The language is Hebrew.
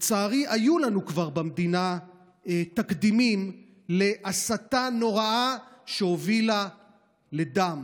לצערי כבר היו לנו במדינה תקדימים להסתה נוראה שהובילה לדם,